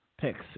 Picks